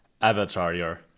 avatar